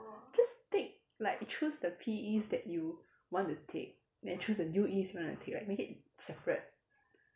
just take like choose the P_Es that you want to take then choose the U_Es you want to take like make it separate